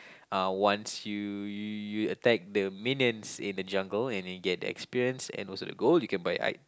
uh once you you attack the minions in the jungle and you get the experience and also the gold you can buy I